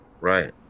Right